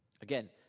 Again